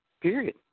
period